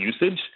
usage